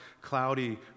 cloudy